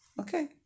okay